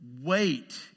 Wait